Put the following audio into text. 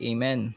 Amen